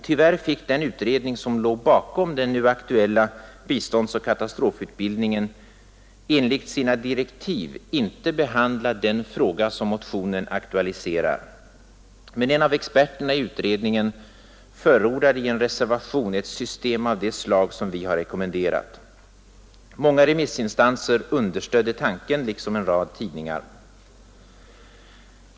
Tyvärr fick den utredning som låg bakom den nu aktuella biståndsoch katastrofutbildningen enligt sina direktiv inte behandla den fråga som motionen aktualiserar, men en av experterna i utredningen förordade i en reservation ett system av det slag som vi motionärer nu har rekommenderat. Många remissinstanser understödde tanken liksom en rad tidningar.